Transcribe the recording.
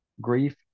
Grief